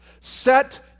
Set